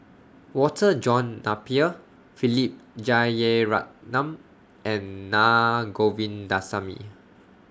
Walter John Napier Philip Jeyaretnam and Naa Govindasamy